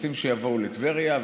רוצים שיבואו לטבריה,